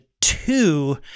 two